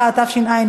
התשע"ב